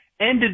ended